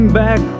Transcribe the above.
back